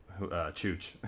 Chooch